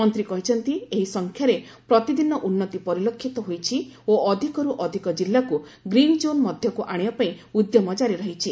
ମନ୍ତ୍ରୀ କହିଛନ୍ତି ଏହି ସଂଖ୍ୟାରେ ପ୍ରତିଦିନ ଉନ୍ତି ପରିଲକ୍ଷିତ ହୋଇଛି ଓ ଅଧିକରୁ ଅଧିକ ଜିଲ୍ଲାକୁ ଗ୍ରୀନ୍ କୋନ୍ ମଧ୍ୟକୁ ଆଶିବା ପାଇଁ ଉଦ୍ୟମ ଜାରି ରହିଛି